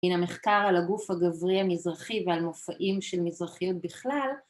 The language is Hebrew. מן המחקר על הגוף הגברי המזרחי ועל מופעים של מזרחיות בכלל